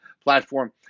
platform